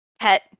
pet